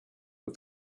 but